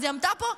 אז היא עמדה פה,